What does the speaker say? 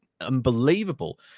unbelievable